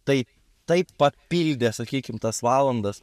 tai taip papildė sakykim tas valandas